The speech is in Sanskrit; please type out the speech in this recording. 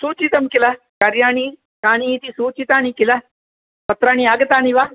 सूचितं किल कार्याणि कानि इति सूचितानि किल पत्राणि आगतानि वा